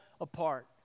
apart